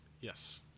yes